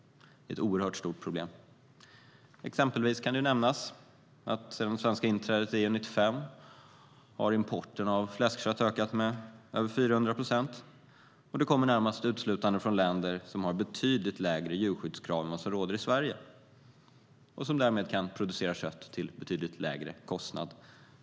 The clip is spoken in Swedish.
Det är ett oerhört stort problem. Exempelvis kan nämnas att sedan det svenska inträdet i EU 1995 har importen av fläskkött ökat med över 400 procent. Köttet kommer nästan uteslutande från länder som har betydligt lägre djurskyddskrav än Sverige och som därmed kan producera kött till betydligt lägre kostnad.